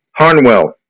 Harnwell